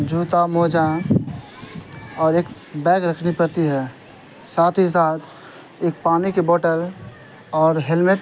جوتا موزہ اور ایک بیگ رکھنی پڑتی ہے ساتھ ہی ساتھ ایک پانی کی بوٹل اور ہیلمٹ